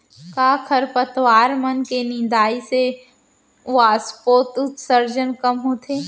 का खरपतवार मन के निंदाई से वाष्पोत्सर्जन कम होथे?